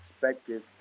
perspective